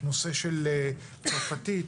צרפתית,